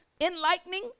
enlightening